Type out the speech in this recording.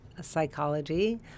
psychology